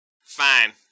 Fine